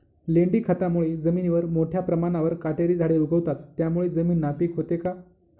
लेंडी खतामुळे जमिनीवर मोठ्या प्रमाणावर काटेरी झाडे उगवतात, त्यामुळे जमीन नापीक होते का?